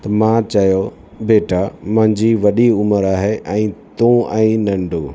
त मां चयो बेटा मुंहिंजी वॾी उमिरि आहे ऐं तूं आहीं नंढो